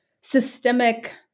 systemic